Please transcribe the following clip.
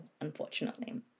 unfortunately